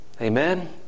Amen